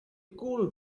cool